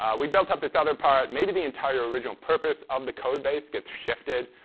we built up this other part. maybe the entire original purpose of the code base gets shifted.